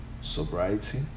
sobriety